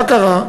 מה קרה?